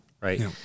right